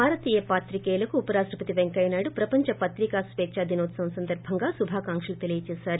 భారతీయ పాత్రికేయులకు ఉపరాష్టపతి పెంకయ్యనాయుడు ప్రపంచ పత్రికాస్వేచ్చ దినోత్పవం సందర్బంగా శుభాకాంక్షలు తెలియజేశారు